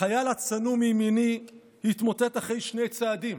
החייל הצנום מימיני התמוטט אחרי שני צעדים.